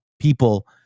people